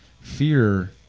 fear